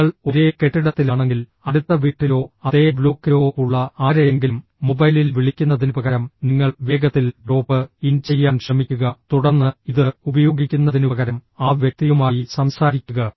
നിങ്ങൾ ഒരേ കെട്ടിടത്തിലാണെങ്കിൽ അടുത്ത വീട്ടിലോ അതേ ബ്ലോക്കിലോ ഉള്ള ആരെയെങ്കിലും മൊബൈലിൽ വിളിക്കുന്നതിനുപകരം നിങ്ങൾ വേഗത്തിൽ ഡ്രോപ്പ് ഇൻ ചെയ്യാൻ ശ്രമിക്കുക തുടർന്ന് ഇത് ഉപയോഗിക്കുന്നതിനുപകരം ആ വ്യക്തിയുമായി സംസാരിക്കുക